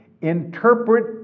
interpret